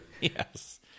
yes